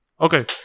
Okay